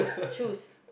choose